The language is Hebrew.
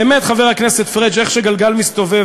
באמת, חבר הכנסת פריג', איך שגלגל מסתובב.